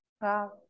Wow